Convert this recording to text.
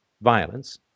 violence